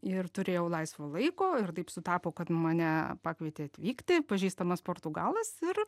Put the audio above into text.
ir turėjau laisvo laiko ir taip sutapo kad mane pakvietė atvykti pažįstamas portugalas ir